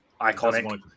iconic